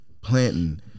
planting